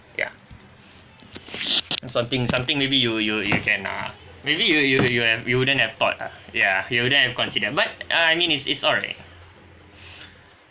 ya something something maybe you you you can uh maybe you you you have you wouldn't have thought ah yeah you wouldn't have considered but uh I mean it's it's alright